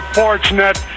fortunate